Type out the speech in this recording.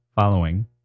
following